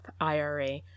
IRA